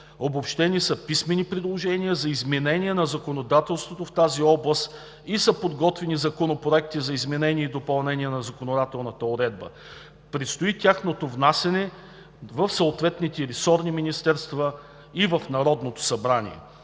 Обобщени са писмени предложения за изменение на законодателството в тази област и са подготвени законопроекти за изменения и допълнения на законодателната уредба. Предстои тяхното внасяне в съответните ресорни министерства и в Народното събрание.